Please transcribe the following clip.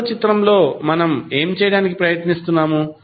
రెండవ చిత్రంలో మనం ఏమి చేయడానికి ప్రయత్నిస్తున్నాము